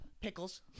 pickles